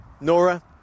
Nora